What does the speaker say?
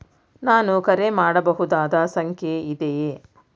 ನಾನು ಕರೆ ಮಾಡಬಹುದಾದ ಸಂಖ್ಯೆ ಇದೆಯೇ?